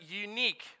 unique